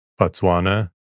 Botswana